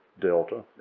Delta